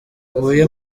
huye